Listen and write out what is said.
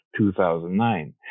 2009